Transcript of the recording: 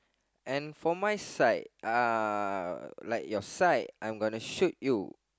and for my side uh like your side I'm gonna shoot you